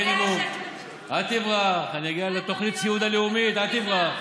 ממדינות חבר העמים בתעשיית ההייטק ומדעי החיים?